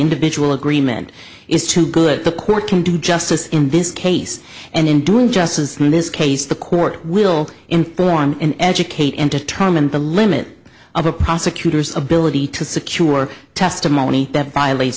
individual agreement is too good the court can do justice in this case and in doing justice in this case the court will inform and educate indetermined the limit of a prosecutor's ability to secure testimony that violates